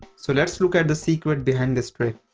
so, let's look at the secret behind this trick.